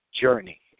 journey